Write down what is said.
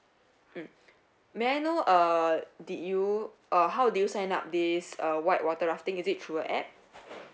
mm may I know uh did you uh how do you sign up this uh white water rafting is it through app